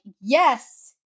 yes